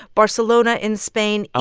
barcelona in spain. oh,